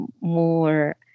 more